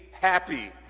happy